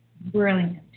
brilliant